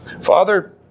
Father